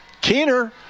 Keener